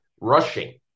rushing